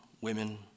women